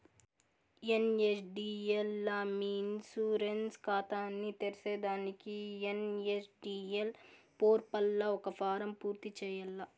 NSDL లా మీ insurance కాతాని తెర్సేదానికి ఎన్.ఎస్.డి.ఎల్ పోర్పల్ల ఒక ఫారం పూర్తి చేయాల్ల